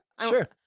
Sure